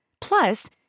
Plus